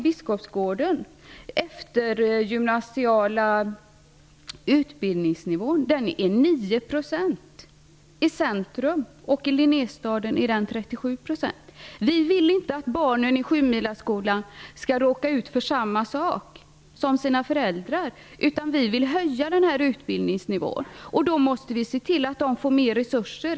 Biskopsgården ligger på 9 % när det gäller Vi vill inte att barnen i Sjumilaskolan skall råka ut för samma sak som sina föräldrar, utan vi vill höja utbildningsnivån. Därför måste vi se till att man får större resurser.